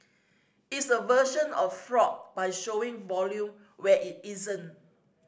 it's a version of fraud by showing volume where it isn't